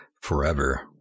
forever